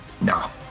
No